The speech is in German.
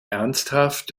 ernsthaft